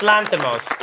Lanthimos